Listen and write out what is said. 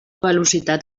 velocitat